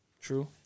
True